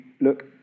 look